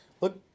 Look